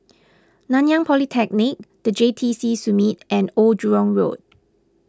Nanyang Polytechnic the J T C Summit and Old Jurong Road